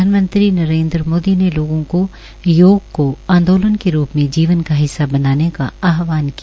प्रधानमंत्री नरेन्द्र मोदी ने लोगों को योग को आंदोलन के रूप में जीवन का हिस्सा बनाये का आहवान किया